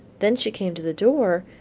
then she came to the door,